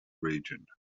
region